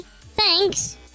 thanks